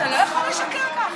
השר בר לב, אתה לא יכול לשקר ככה.